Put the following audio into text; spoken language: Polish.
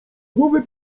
głowy